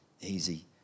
easy